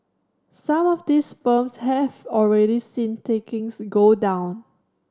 some of these firms have already seen takings go down